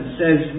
says